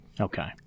Okay